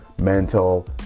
mental